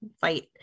fight